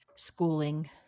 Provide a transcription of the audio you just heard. schooling